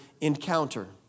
encounter